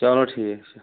چلو ٹھیٖک چھُ